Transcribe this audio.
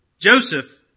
Joseph